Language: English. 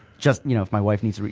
just you know if my wife needs to.